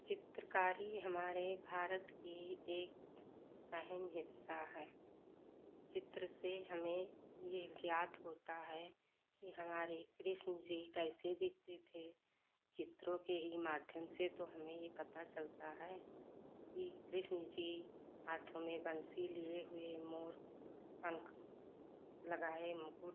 चित्रकारी हमारे भारत का एक अहम हिस्सा है चित्र से हमें यह ज्ञात होता है कि हमारे कृष्ण जी कैसे दिखते थे चित्रों के ही माध्यम से तो हमें ये पता चलता है कि कृष्ण जी हाथों में बंसी लिए हुए मोर पंख लगाए मुकुट